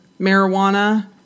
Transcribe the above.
marijuana